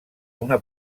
una